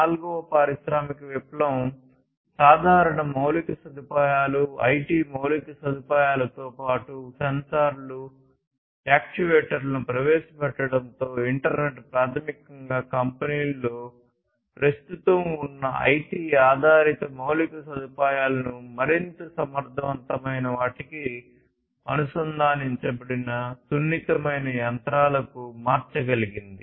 నాల్గవ పారిశ్రామిక విప్లవం సాధారణ మౌలిక సదుపాయాలు ఐటి మౌలిక సదుపాయాలతో పాటు సెన్సార్లు యాక్యుయేటర్లను ప్రవేశపెట్టడంతో ఇంటర్నెట్ ప్రాథమికంగా కంపెనీలలో ప్రస్తుతం ఉన్న ఐటి ఆధారిత మౌలిక సదుపాయాలను మరింత సమర్థవంతమైన వాటికి అనుసంధానించబడిన సున్నితమైన యంత్రాలకు మార్చగలిగింది